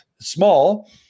small